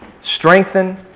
strengthen